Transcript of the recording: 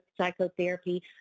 psychotherapy